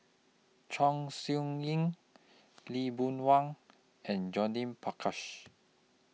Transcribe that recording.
Chong Siew Ying Lee Boon Wang and Judith Prakash